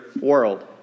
world